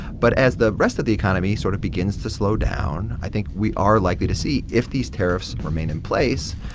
but as the rest of the economy sort of begins to slow down, i think we are likely to see, if these tariffs remain in place,